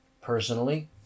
Personally